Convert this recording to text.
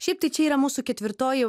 šiaip tai čia yra mūsų ketvirtoji